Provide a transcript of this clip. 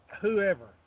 whoever